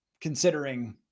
considering